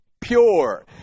pure